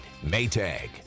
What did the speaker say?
Maytag